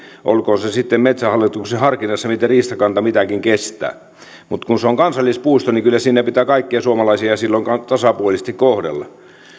olkoon se sitten metsähallituksen harkinnassa miten riistakanta mitäkin kestää mutta kun se on kansallispuisto niin kyllä siinä pitää kaikkia suomalaisia silloin tasapuolisesti kohdella